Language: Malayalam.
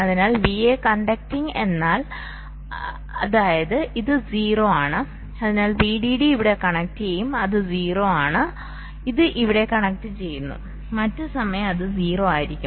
അതിനാൽ VA കണ്ടക്റ്റിംഗ് എന്നാൽ അതായത്ഇത് 0 ആണ് അതിനാൽ VDD ഇവിടെ കണക്റ്റുചെയ്യും അത് 0 ആണ് ഇത് ഇവിടെ കണക്റ്റുചെയ്യുന്നു മറ്റ് സമയം അത് 0 ആയിരിക്കും